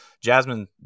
jasmine